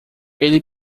ele